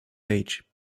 age